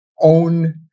own